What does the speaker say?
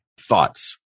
Thoughts